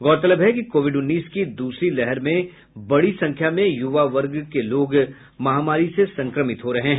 गौरतलब है कि कोविड उन्नीस की दूसरी लहर में बड़ी संख्या में युवा वर्ग के लोग इस महामारी से संक्रमित हो रहे हैं